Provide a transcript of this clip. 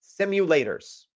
simulators